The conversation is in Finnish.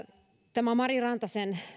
tämä mari rantasen